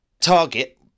target